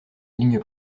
ligne